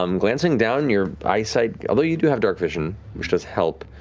um glancing down, your eyesight, although you do have darkvision, which does help,